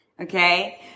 okay